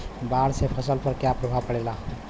बाढ़ से फसल पर क्या प्रभाव पड़ेला?